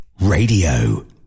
Radio